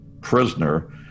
prisoner